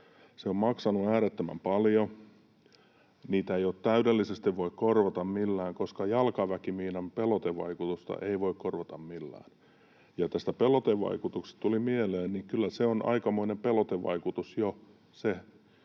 Se on maksanut äärettömän paljon. Niitä ei täydellisesti voi korvata millään, koska jalkaväkimiinan pelotevaikutusta ei voi korvata millään. Tästä pelotevaikutuksesta tuli mieleen, että kyllä on aikamoinen pelotevaikutus jo se,